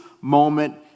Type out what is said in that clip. moment